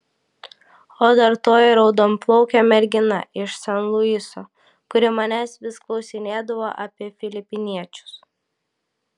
o dar toji raudonplaukė mergina iš san luiso kuri manęs vis klausinėdavo apie filipiniečius